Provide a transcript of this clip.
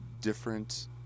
different